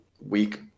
weak